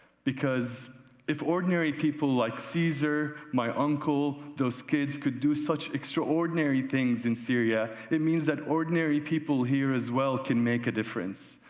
because if ordinary people like caesar, my uncle, those kids could do such extraordinary things in syria, it means that ordinary people here, as well, can make a difference.